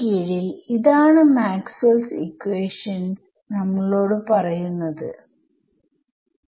free സ്പേസിലെ Maxwell's ഇക്വേഷനെMaxwells equation കുറിച്ച് എന്തറിയാംകറണ്ട് ഇല്ല സോഴ്സസ് ഇല്ല ഒന്നുമില്ല